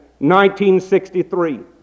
1963